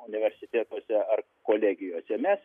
universitetuose ar kolegijose mes